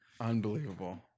Unbelievable